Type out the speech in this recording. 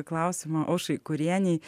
klausimo aušrai kurienei